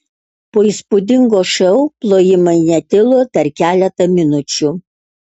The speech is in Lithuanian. po įspūdingo šou plojimai netilo dar keletą minučių